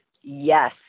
Yes